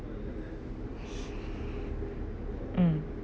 mm